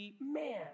Man